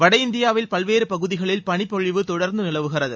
வட இந்தியாவில் பல்வேறு பகுதிகளில் பனிப்பொழிவு தொடர்ந்து நிலவுகிறது